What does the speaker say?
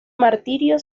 martirio